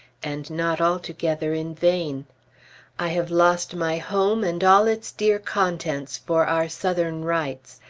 and not altogether in vain i have lost my home and all its dear contents for our southern rights,